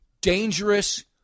Dangerous